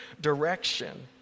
direction